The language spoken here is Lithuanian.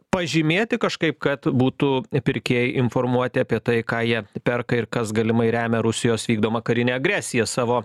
pažymėti kažkaip kad būtų pirkėjai informuoti apie tai ką jie perka ir kas galimai remia rusijos vykdomą karinę agresiją savo